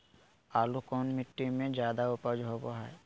आलू कौन मिट्टी में जादा ऊपज होबो हाय?